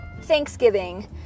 thanksgiving